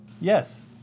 Yes